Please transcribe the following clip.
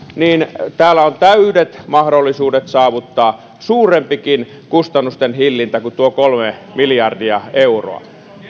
niin täällä on täydet mahdollisuudet saavuttaa suurempikin kustannusten hillintä kuin tuo kolme miljardia euroa